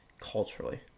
culturally